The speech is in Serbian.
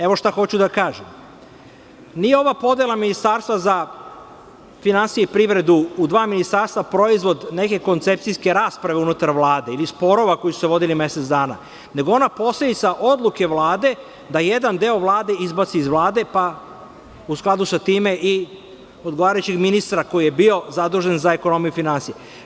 Evo šta hoću da kažem, nije ova podela Ministarstva za finansije i privredu u dva ministarstva, proizvod neke koncepcijske rasprave unutar Vlade ili sporova koji su se vodili mesec dana, nego posledica odluke Vlade da jedan deo Vlade izbaci iz Vlade, pa u skladu sa tim i odgovarajućeg ministra koji je bio zadužen za ekonomiju i finansije.